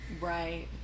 right